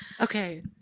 Okay